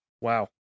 Wow